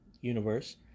universe